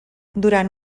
durant